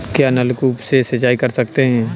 क्या नलकूप से सिंचाई कर सकते हैं?